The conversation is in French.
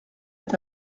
est